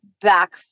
back